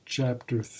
Chapter